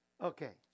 Okay